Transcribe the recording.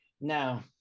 Now